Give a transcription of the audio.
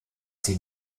sie